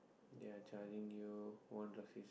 they are charging you one